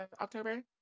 October